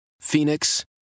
phoenix